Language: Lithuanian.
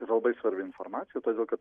yra labai svarbi informacija todėl kad